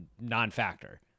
non-factor